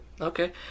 Okay